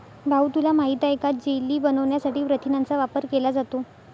भाऊ तुला माहित आहे का जेली बनवण्यासाठी प्रथिनांचा वापर केला जातो